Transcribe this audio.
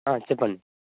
చెప్పండి